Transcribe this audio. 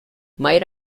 might